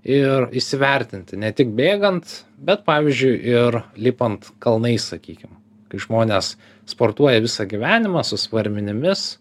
ir įsivertinti ne tik bėgant bet pavyzdžiui ir lipant kalnais sakykim kai žmonės sportuoja visą gyvenimą su svarmenimis